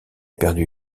perdu